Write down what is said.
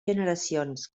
generacions